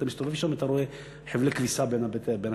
אתה מסתובב שם ואתה רואה חבלי כביסה בין הקברים.